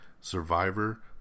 Survivor